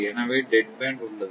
எனவே dead band உள்ளது